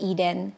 Eden